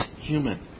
human